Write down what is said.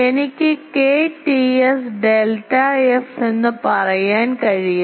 എനിക്ക് K Ts delta f എന്ന് പറയാൻ കഴിയും